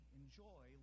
enjoy